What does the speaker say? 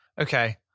okay